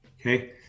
Okay